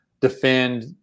defend